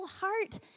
heart